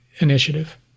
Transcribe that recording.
initiative